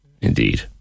indeed